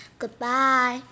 Goodbye